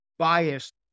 biased